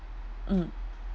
mm